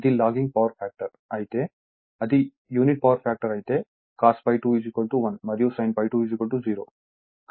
ఇది lagging power factor అయితే అది యూనిటీ పవర్ ఫ్యాక్టర్ అయితే cos ∅2 1 మరియు sin ∅2 0